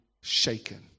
shaken